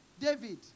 David